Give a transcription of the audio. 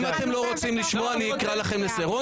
--- אם אתם לא רוצים לשמוע, אני אקרא לכם לסדר.